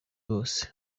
bose